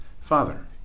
Father